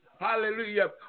hallelujah